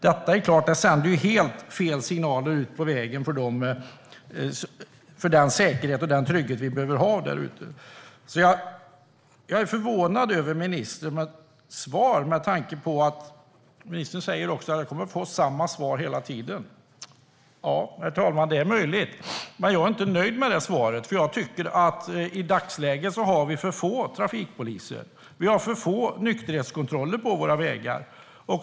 Detta sänder helt fel signaler vad gäller den säkerhet och trygghet vi behöver ha på vägarna. Jag är förvånad över ministerns svar. Ministern säger också att jag kommer att få samma svar hela tiden. Det är möjligt, herr talman. Men jag är inte nöjd med svaret, för i dagsläget har vi för få trafikpoliser och nykterhetskontroller på våra vägar.